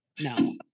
No